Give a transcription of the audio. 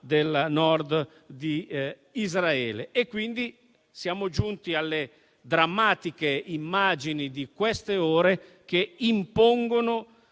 del nord di Israele da parte di Hezbollah. Quindi siamo giunti alle drammatiche immagini di queste ore che impongono